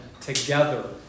together